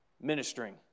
ministering